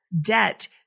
Debt